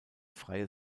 freie